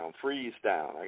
freeze-down